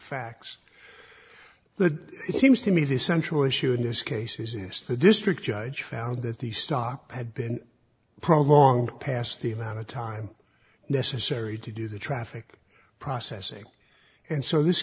facts that it seems to me the central issue in this case is this the district judge found that the stock had been programmed past the amount of time necessary to do the traffic processing and so this